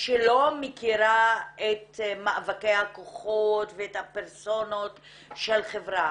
שלא מכירה את מאבקי הכוחות ואת הפרסונות של חברה.